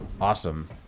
awesome